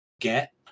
get